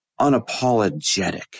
unapologetic